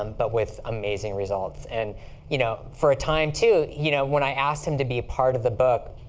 um but with amazing results. and you know for a time, too, you know when i asked him to be a part of the book,